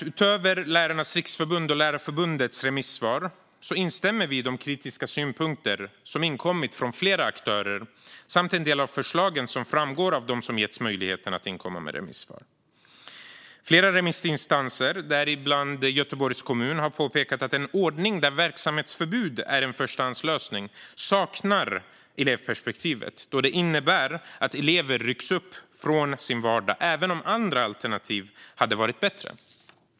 Utöver att vi i Vänsterpartiet instämmer i Lärarnas Riksförbunds och Lärarförbundets remissvar instämmer vi i de kritiska synpunkter som inkommit från flera aktörer samt i en del av förslagen som kommit från dem som getts möjlighet att inkomma med remissvar. Flera remissinstanser, däribland Göteborgs kommun, har påpekat att en ordning där verksamhetsförbud är en förstahandslösning saknar elevperspektivet, då den innebär att elever rycks upp från sin vardag även om andra alternativ hade varit bättre.